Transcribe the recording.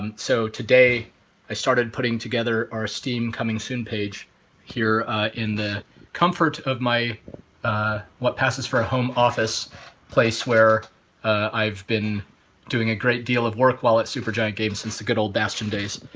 um so today i started putting together our steam coming soon page here in the comfort of my what passes for a home office place, where i've been doing a great deal of work while at supergiant games since the good old bastion days.